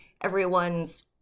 everyone's